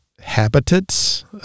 habitats